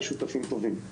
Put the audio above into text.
יש שותפים טובים.